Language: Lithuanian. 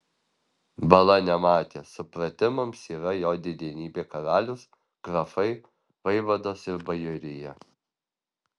bala nematė supratimams yra jo didenybė karalius grafai vaivados ir bajorija